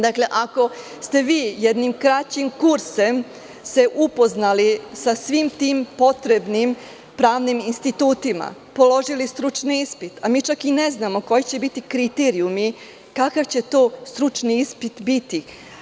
Dakle, ako ste se jednim kraćim kursom upoznali sa svim tim potrebnim pravnim institutima, položili stručni ispit, a mi čak i ne znamo koji će biti kriterijumi, kakav će to stručni ispit biti?